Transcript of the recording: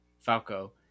Falco